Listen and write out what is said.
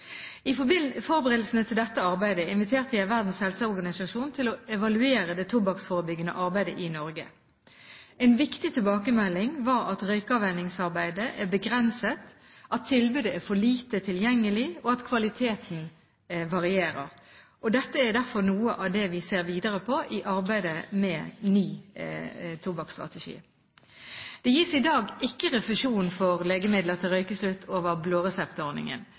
I forberedelsene til dette arbeidet inviterte jeg Verdens helseorganisasjon til å evaluere det tobakksforebyggende arbeidet i Norge. En viktig tilbakemelding var at røykeavvenningsarbeidet er begrenset, at tilbudet er for lite tilgjengelig, og at kvaliteten varierer. Dette er derfor noe av det vi ser videre på i arbeidet med en ny tobakksstrategi. Det gis i dag ikke refusjon for legemidler til røykeslutt over